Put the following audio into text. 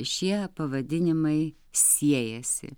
šie pavadinimai siejasi